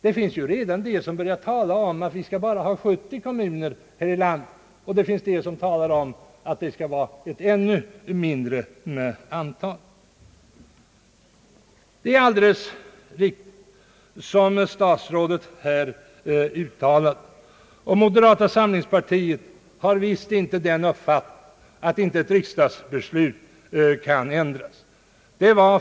Det finns de som redan börjar tala om att vi bara skall ha 70 kommuner här i landet, och det finns de som talar om ett ännu mindre antal. Moderata samlingspartiet har visst inte den uppfattningen att inte riksdagsbeslut kan ändras — statsrådets uttalande är därvidlag alldeles riktigt.